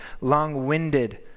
long-winded